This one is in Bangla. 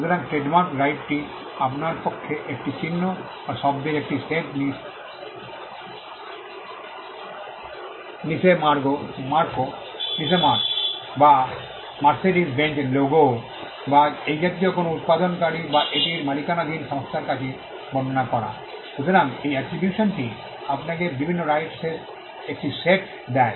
সুতরাং ট্রেডমার্কে রাইট টি আপনার পক্ষে একটি চিহ্ন বা শব্দের একটি সেট নিষে মার্ক বা মার্সেডিজ বেনজ লোগো বা এই জাতীয় কোনও উত্পাদনকারী বা এটির মালিকানাধীন সংস্থার কাছে বর্ণনা করা সুতরাং এই অ্যাট্রিবিউশনটি আপনাকে বিভিন্ন রাইটস ের একটি সেট দেয়